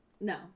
No